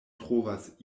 trovas